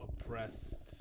oppressed